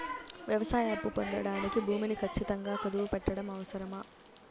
వ్యవసాయ అప్పు పొందడానికి భూమిని ఖచ్చితంగా కుదువు పెట్టడం అవసరమా?